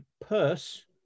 purse